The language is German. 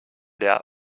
der